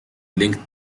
linked